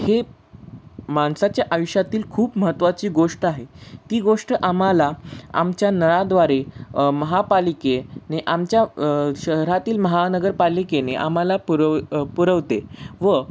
हे माणसाच्या आयुष्यातील खूप महत्त्वाची गोष्ट आहे ती गोष्ट आम्हाला आमच्या नळाद्वारे महापालिकेने आमच्या शहरातील महानगरपालिकेने आम्हाला पुरव पुरवते व